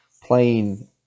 playing